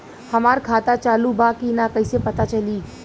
हमार खाता चालू बा कि ना कैसे पता चली?